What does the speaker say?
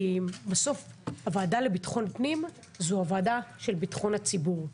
כי בסוף הוועדה לביטחון פנים זו הוועדה של ביטחון הציבור.